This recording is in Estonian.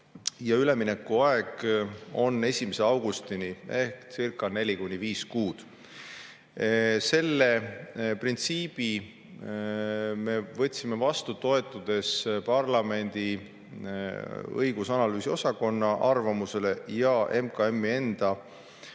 Üleminekuaeg on 1. augustini ehkcirca4–5 kuud. Selle printsiibi me võtsime vastu, toetudes parlamendi õigus- ja analüüsiosakonna arvamusele ning MKM-i enda